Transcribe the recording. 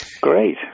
Great